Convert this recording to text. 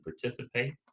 participate